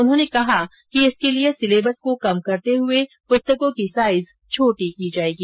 उन्होंने कहा कि इसके लिये सिलेबस को कम करते हुए पुस्तकों की साइज छोटी की जायेगी